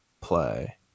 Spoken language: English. play